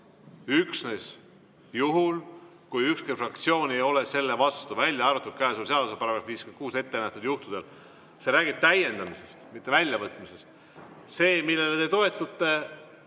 üksnes juhul, kui ükski fraktsioon ei ole selle vastu, välja arvatud käesoleva seaduse §‑s 56 ettenähtud juhtudel. See räägib täiendamisest, mitte väljavõtmisest. See, millele te toetute,